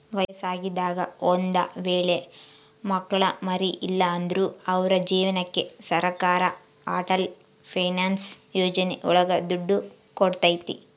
ವಯಸ್ಸಾಗಿದಾಗ ಒಂದ್ ವೇಳೆ ಮಕ್ಳು ಮರಿ ಇಲ್ಲ ಅಂದ್ರು ಅವ್ರ ಜೀವನಕ್ಕೆ ಸರಕಾರ ಅಟಲ್ ಪೆನ್ಶನ್ ಯೋಜನೆ ಒಳಗ ದುಡ್ಡು ಕೊಡ್ತೈತಿ